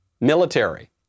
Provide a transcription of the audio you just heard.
military